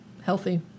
healthy